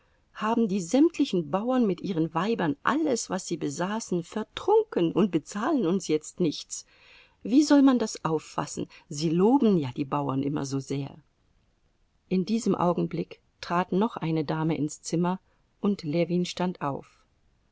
haben die sämtlichen bauern mit ihren weibern alles was sie besaßen vertrunken und bezahlen uns jetzt nichts wie soll man das auffassen sie loben ja die bauern immer so sehr in diesem augenblick trat noch eine dame ins zimmer und ljewin stand auf